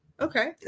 Okay